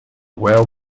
well